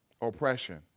oppression